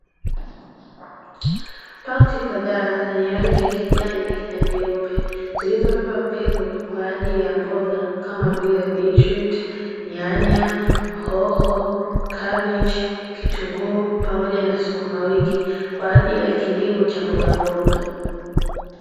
Paketi kadhaa zenye rangi ya kijani na nyeupe zilizobeba mbegu kwa ajili ya mboga kama vile nyanya, hoho, kabechi, kitunguu pamoja na sukumawiki kwa ajili ya kilimo cha mbogamboga.